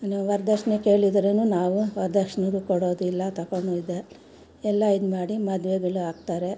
ನೀವು ವರದಕ್ಷಿಣೆ ಕೇಳಿದ್ರೇನು ನಾವು ವರದಕ್ಷಣೆಗಳು ಕೊಡೋದು ಇಲ್ಲ ತಗೊಳೋದು ಇಲ್ಲ ಇದು ಮಾಡಿ ಮದುವೆಗಳು ಆಗ್ತಾರೆ